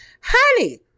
Honey